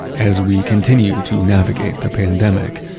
as we continue to navigate the pandemic,